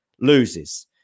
loses